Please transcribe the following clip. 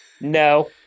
No